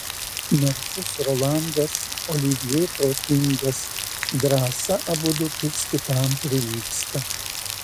narsus rolandas olivjė protingas drąsa abudu kits kitam prilygsta